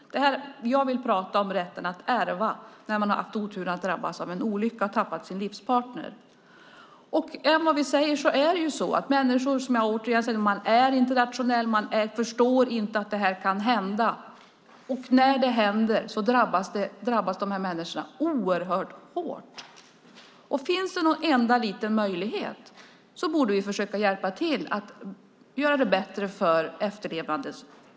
Jag vill tala om rätten att ärva när man drabbas av olyckan att mista sin livspartner. Människor är inte rationella; de förstår inte att detta kan hända. När det händer drabbas de oerhört hårt. Finns det någon enda liten möjlighet borde vi försöka hjälpa till att göra det bättre för de efterlevande.